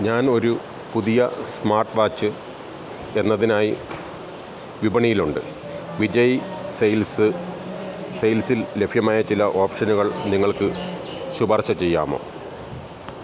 ഞാൻ ഒരു പുതിയ സ്മാർട്ട് വാച്ച് എന്നതിനായി വിപണിയിലുണ്ട് വിജയ് സെയിൽസ് സെയിൽസിൽ ലഭ്യമായ ചില ഓപ്ഷനുകൾ നിങ്ങൾക്ക് ശുപാർശ ചെയ്യാമോ